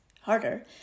harder